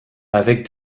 avec